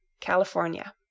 California